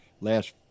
last—